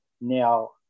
now